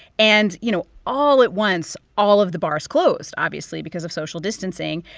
and, you know, all at once, all of the bars closed, obviously, because of social distancing.